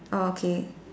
orh okay